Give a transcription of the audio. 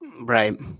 Right